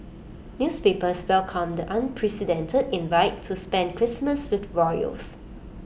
newspapers welcomed the unprecedented invite to spend Christmas with the royals